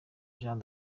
jean